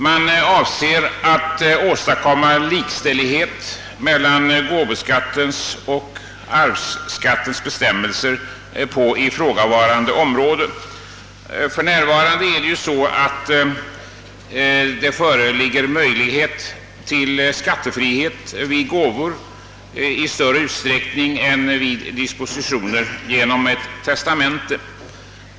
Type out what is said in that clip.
Man avser att åstadkomma likställighet mellan bestämmelserna om gåvoskatt och bestämmelserna om arvsskatt på ifrågavarande område. För närvarande föreligger ju möjlighet till skattefrihet vid gåvor i större utsträckning än vid dispositioner genom testamente.